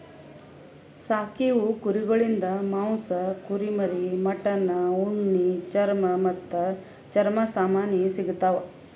ಸಾಕೀವು ಕುರಿಗೊಳಿಂದ್ ಮಾಂಸ, ಕುರಿಮರಿ, ಮಟನ್, ಉಣ್ಣಿ, ಚರ್ಮ ಮತ್ತ್ ಚರ್ಮ ಸಾಮಾನಿ ಸಿಗತಾವ್